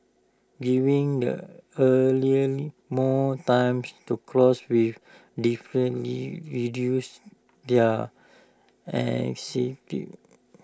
giving the earlier more times to cross with definitely reduce their anxiety